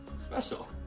Special